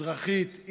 אזרחית,